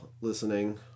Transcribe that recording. listening